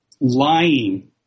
lying